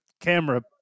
camera